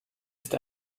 ist